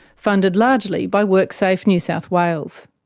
funded largely by worksafe new south wales.